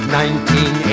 1980